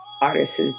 artists